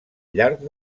llarg